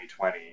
2020